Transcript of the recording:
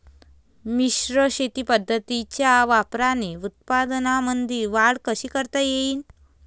मिश्र शेती पद्धतीच्या वापराने उत्पन्नामंदी वाढ कशी करता येईन?